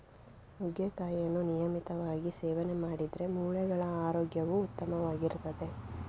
ನುಗ್ಗೆಕಾಯಿಯನ್ನು ನಿಯಮಿತವಾಗಿ ಸೇವನೆ ಮಾಡಿದ್ರೆ ಮೂಳೆಗಳ ಆರೋಗ್ಯವು ಉತ್ತಮವಾಗಿರ್ತದೆ